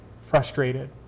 frustrated